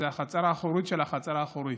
הוא החצר האחורית של החצר האחורית.